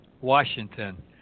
Washington